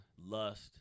Lust